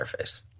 interface